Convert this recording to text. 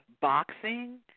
boxing